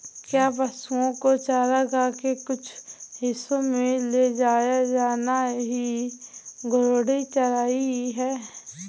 क्या पशुओं को चारागाह के कुछ हिस्सों में ले जाया जाना ही घूर्णी चराई है?